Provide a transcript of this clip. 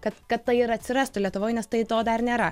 kad kad tai ir atsirastų lietuvoj nes tai to dar nėra